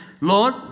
Lord